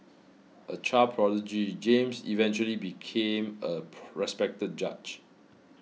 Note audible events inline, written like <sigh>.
a child prodigy James eventually became a <noise> respected judge